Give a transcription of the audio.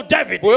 David